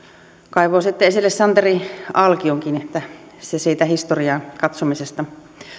kaivoi sitten esille jo santeri alkionkin että se siitä historiaan katsomisesta